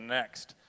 next